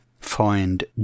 find